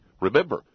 Remember